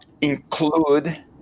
Include